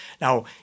Now